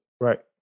Right